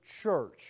church